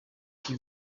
qui